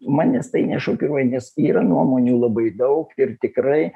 manęs tai nešokiruoja nes yra nuomonių labai daug ir tikrai